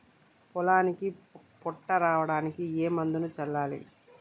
పొలానికి పొట్ట రావడానికి ఏ మందును చల్లాలి?